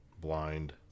Blind